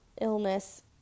illness